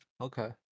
Okay